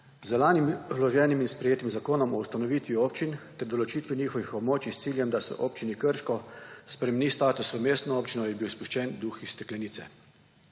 Z lani vloženim in sprejetim Zakonom o ustanovitvi občin ter o določitvi njihovih območij s ciljem, da se Občini Krško spremeni status v mestno občino, je bil spuščen duh iz steklenice.